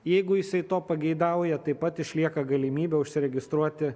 jeigu jisai to pageidauja taip pat išlieka galimybė užsiregistruoti